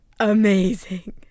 amazing